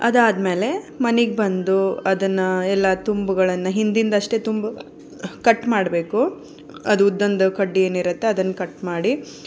ಅದಾದ್ಮೇಲೆ ಮನೆಗೆ ಬಂದು ಅದನ್ನು ಎಲ್ಲ ತುಂಬುಗಳನ್ನು ಹಿಂದಿಂದ ಅಷ್ಟೆ ತುಂಬು ಕಟ್ ಮಾಡಬೇಕು ಅದು ಉದ್ದದ್ದು ಕಡ್ಡಿ ಏನಿರುತ್ತೆ ಅದನ್ನು ಕಟ್ ಮಾಡಿ